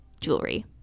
jewelry